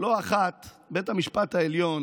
לא אחת בית המשפט העליון